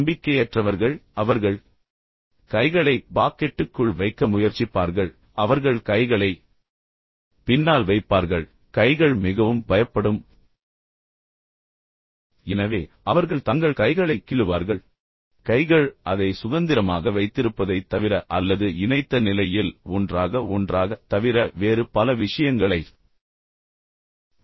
நம்பிக்கையற்றவர்கள் அவர்கள் கைகளை பாக்கெட்டுக்குள் வைக்க முயற்சிப்பார்கள் அவர்கள் கைகளை பின்னால் வைப்பார்கள் கைகள் மிகவும் பயப்படும் எனவே அவர்கள் தங்கள் கைகளை கிள்ளுவார்கள் எனவே கைகள் அதை சுதந்திரமாக வைத்திருப்பதைத் தவிர அல்லது இணைத்த நிலையில் ஒன்றாக ஒன்றாக தவிர வேறு பல விஷயங்களைச் செய்யும்